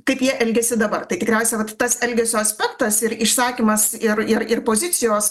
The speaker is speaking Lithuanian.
kaip jie elgiasi dabar tai tikriausia vat tas elgesio aspektas ir išsakymas ir ir ir pozicijos